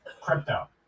crypto